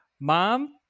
mom